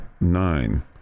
nine